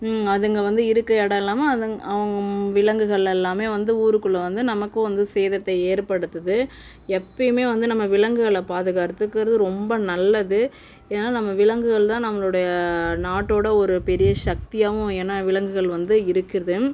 அதுங்க வந்து இருக்கற இடம் இல்லாமல் அதுங்க அவங்க விலங்குகள் எல்லாமே வந்து ஊருக்குள்ளே வந்து நமக்கும் வந்து சேதத்தை ஏற்படுத்துது எப்போயுமே வந்து நம்ம விலங்குகளை பாதுகார்த்துக்கிறது ரொம்ப நல்லது ஏன்னால் நம்ம விலங்குகள் தான் நம்மளுடைய நாட்டோடய ஒரு பெரிய சக்தியாகவும் என விலங்குகள் வந்து இருக்கின்றது